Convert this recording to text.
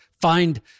find